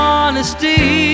Honesty